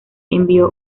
envió